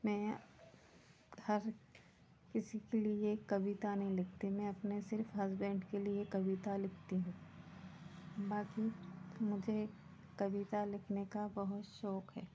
मैं हर किसी के लिए कविता नहीं लिखती मैं अपने सिर्फ हसबेंड के लिए कविता लिखती हूँ बाक़ी मुझे कविता लिखने का बहुत शौक़ है